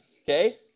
Okay